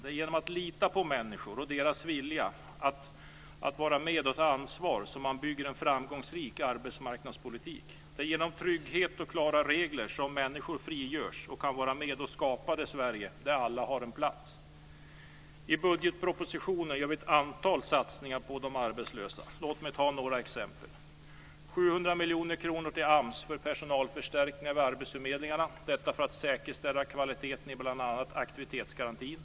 Det är genom att lita på människor och deras vilja att vara med och ta ansvar som man bygger en framgångsrik arbetsmarknadspolitik. Det är genom trygghet och klara regler som människor frigörs och kan vara med och skapa det Sverige där alla har en plats. I budgetpropositionen gör vi ett antal satsningar på de arbetslösa. Låt mig ta några exempel. 700 miljoner kronor går till AMS för personalförstärkningar vid arbetsförmedlingarna. Detta gör vi för att säkerställa kvaliteten i bl.a. aktivitetsgarantin.